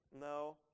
no